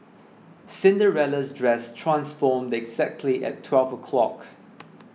Cinderella's dress transformed exactly at twelve o'clock